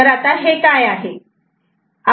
तर हे काय आहे